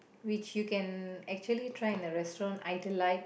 which you can actually try in a restaurant Idealite